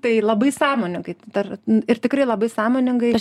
tai labai sąmoningai tai dar ir tikrai labai sąmoningai